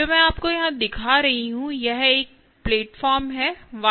जो मैं आपको यहां दिखा रही हूं वह यह प्लेटफार्म है